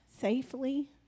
safely